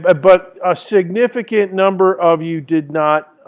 but a significant number of you did not